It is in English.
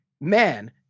man